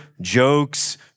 jokes